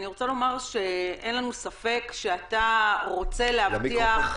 אין לנו ספק שאתה רוצה להבטיח את